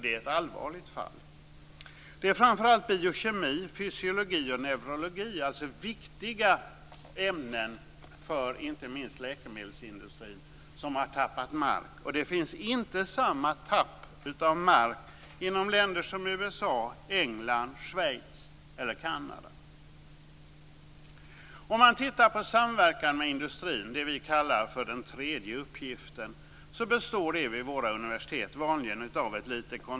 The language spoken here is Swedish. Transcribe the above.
Det är ett allvarligt fall. Det är framför allt biokemi, fysiologi och neurologi, dvs. viktiga ämnen för inte minst läkemedelsindustrin, som har tappat mark. Det finns inte samma tapp av mark i länder som USA, England, Schweiz eller Kanada.